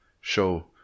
show